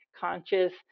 conscious